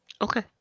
Okay